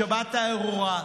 השבת הארורה,